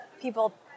people